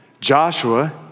Joshua